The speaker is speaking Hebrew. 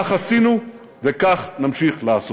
כך עשינו וכך נמשיך לעשות.